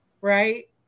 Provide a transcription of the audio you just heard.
right